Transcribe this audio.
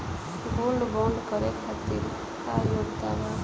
Gold bond करे खातिर का योग्यता बा?